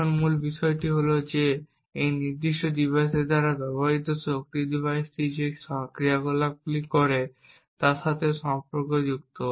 এখানে মূল বিষয় হল যে এই নির্দিষ্ট ডিভাইসের দ্বারা ব্যবহৃত শক্তি ডিভাইসটি যে ক্রিয়াকলাপগুলি করে তার সাথে সম্পর্কযুক্ত